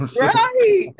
right